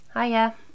Hiya